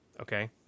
Okay